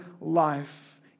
life